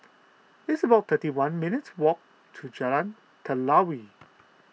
it's about thirty one minutes' walk to Jalan Telawi